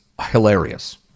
hilarious